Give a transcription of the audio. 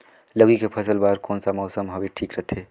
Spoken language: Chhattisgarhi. लौकी के फसल बार कोन सा मौसम हवे ठीक रथे?